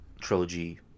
trilogy